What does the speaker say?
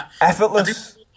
Effortless